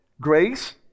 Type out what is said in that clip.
grace